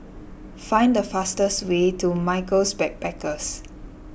find the fastest way to Michaels Backpackers